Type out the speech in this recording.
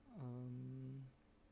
um